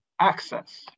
access